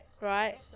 right